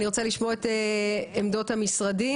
אני רוצה לשמוע את עמדות המשרדים,